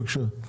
בבקשה,